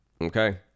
okay